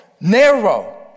narrow